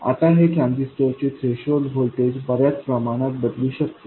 आता हे ट्रान्झिस्टर चे थ्रेशोल्ड व्होल्टेज बऱ्याच प्रमाणात बदलू शकते